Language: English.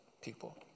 people